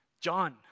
John